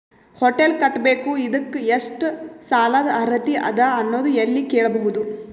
Hotel ಕಟ್ಟಬೇಕು ಇದಕ್ಕ ಎಷ್ಟ ಸಾಲಾದ ಅರ್ಹತಿ ಅದ ಅನ್ನೋದು ಎಲ್ಲಿ ಕೇಳಬಹುದು?